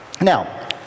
Now